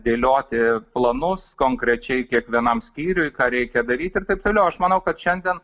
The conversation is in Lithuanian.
dėlioti planus konkrečiai kiekvienam skyriui ką reikia daryti ir taip toliau aš manau kad šiandien